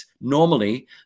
normally